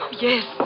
Yes